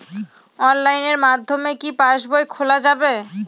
অনলাইনের মাধ্যমে কি পাসবই খোলা যাবে?